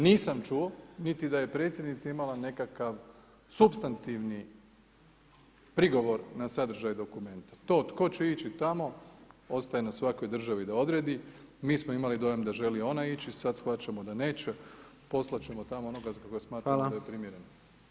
Nisam čuo niti da je predsjednica imala nekakav supstantivni prigovor na sadržaj dokumenta, to tko će ići tamo ostaje na svakoj državi da odredi, mi smo imali dojam da želi ona ići sad shvaćamo da neće, poslat ćemo tamo onoga za koga smatramo [[Upadica: Hvala.]] da je primjeren.